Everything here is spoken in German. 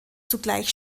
zugleich